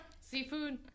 Seafood